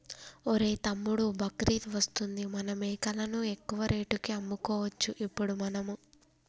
ఒరేయ్ తమ్ముడు బక్రీద్ వస్తుంది మన మేకలను ఎక్కువ రేటుకి అమ్ముకోవచ్చు ఇప్పుడు మనము